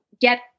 get